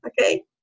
okay